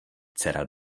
dcera